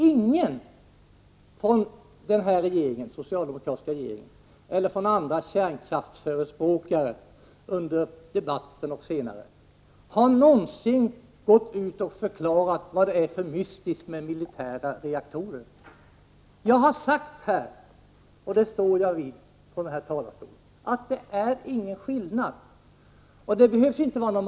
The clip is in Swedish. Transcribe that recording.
Ingen i den socialdemokratiska regeringen eller bland andra kärnkraftsförespråkare har någonsin gått ut och förklarat vad det är för mystiskt med militära reaktorer. Jag har sagt här i riksdagen — och jag står fast vid det — att det inte är någon skillnad mellan civila och militära reaktorer.